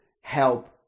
help